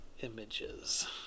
images